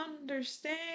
understand